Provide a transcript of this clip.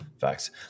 facts